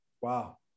Wow